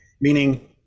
meaning